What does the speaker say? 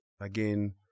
again